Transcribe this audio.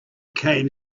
came